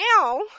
Now